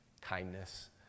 kindness